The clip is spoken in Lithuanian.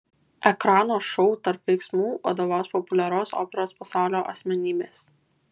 ekrano šou tarp veiksmų vadovaus populiarios operos pasaulio asmenybės